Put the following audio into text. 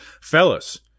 Fellas